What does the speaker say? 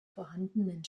vorhandenen